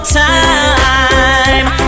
time